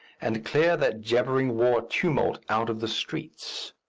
and clear that jabbering war tumult out of the streets.